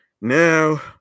Now